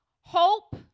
hope